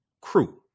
crew